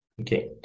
Okay